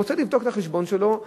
הוא רוצה לבדוק את החשבון שלו.